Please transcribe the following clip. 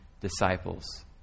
disciples